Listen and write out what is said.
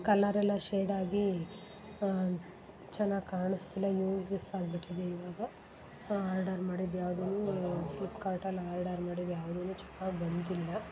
colour ಎಲ್ಲ shade ಆಗಿ ಚೆನ್ನಾಗಿ ಕಾಣಿಸ್ತಿಲ್ಲ ಯೂಸ್ಲೆಸ್ ಆಗಿಬಿಟ್ಟಿದೆ ಇವಾಗ ಆರ್ಡರ್ ಮಾಡಿದ ಯಾವ್ದೂ ಫ್ಲಿಪ್ಕಾರ್ಟಲ್ಲಿ ಆರ್ಡರ್ ಮಾಡಿದ ಯಾವ್ದೂ ಚೆನ್ನಾಗಿ ಬಂದಿಲ್ಲ